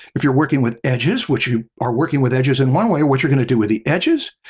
if you're working with edges, would you or working with edges in one way, what you're going to do with the edges?